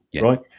right